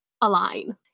align